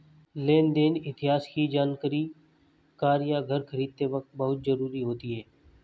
लेन देन इतिहास की जानकरी कार या घर खरीदते वक़्त बहुत जरुरी होती है